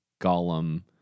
Gollum